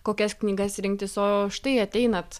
kokias knygas rinktis o štai ateinat